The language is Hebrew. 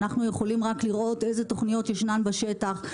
אנחנו רק יכולים לראות אילו תוכניות ישנן בשטח,